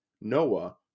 Noah